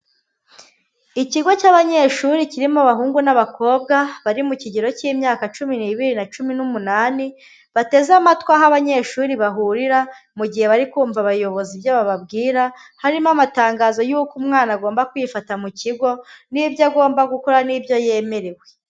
Ikigo cy'abanyeshuri kirimo abahungu n'abakobwa, bari mu kigero cy'imyaka cumi n'ibiri na cumi n'umunani, bateze amatwi aho abanyeshuri bahurira, mu gihe bari kumva abayobozi ibyo bababwira, harimo amatangazo yuko umwana agomba kwifata mu kigo, n'ibyo agomba gukora n'ibyo yemerewe.